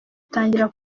itangira